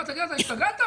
מה, תגיד, אתה השתגעת?